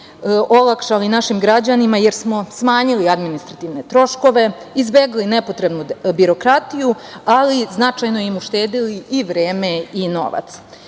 olakšali našim građanima jer smo smanjili administrativne troškove, izbegli nepotrebnu birokratiju, ali značajno im uštedeli i vreme i novac. Svim